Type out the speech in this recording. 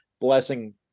blessing